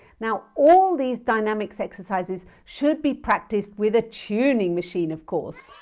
now all these dynamics exercises should be practised with a tuning machine, of course!